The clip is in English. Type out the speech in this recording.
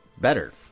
better